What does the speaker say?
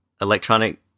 electronic